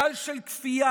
גל של כפייה,